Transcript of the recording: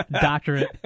Doctorate